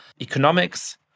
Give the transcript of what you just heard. economics